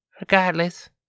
Regardless